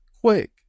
quick